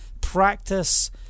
Practice